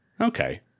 Okay